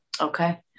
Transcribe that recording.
Okay